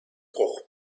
bruch